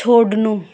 छोड्नु